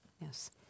Yes